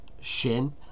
Shin